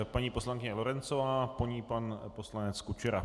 Paní poslankyně Lorencová, po ní pan poslanec Kučera.